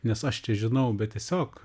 nes aš čia žinau bet tiesiog